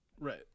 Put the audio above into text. Right